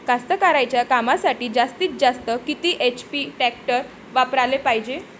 कास्तकारीच्या कामासाठी जास्तीत जास्त किती एच.पी टॅक्टर वापराले पायजे?